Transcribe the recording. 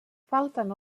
falten